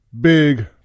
Big